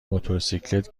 موتورسیکلت